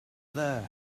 there